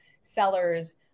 sellers